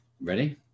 Ready